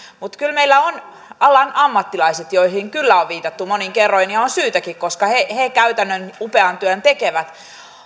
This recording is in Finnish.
mutta kyllä meillä on alan ammattilaiset joihin on viitattu monin kerroin ja on syytäkin ollut koska he he käytännön upean työn tekevät